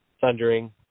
Thundering